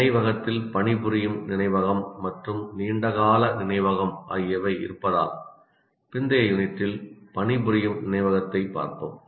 நினைவகத்தில் பணிபுரியும் நினைவகம் மற்றும் நீண்ட கால நினைவகம் ஆகியவை இருப்பதால் பிந்தைய யூனிட்டில் பணிபுரியும் நினைவகத்தைப் பார்ப்போம்